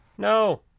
No